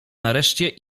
nareszcie